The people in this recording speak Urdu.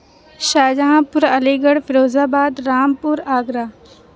شاہجہاں پور علی گڑھ فیروز آباد رامپور آگرہ